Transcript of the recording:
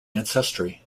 ancestry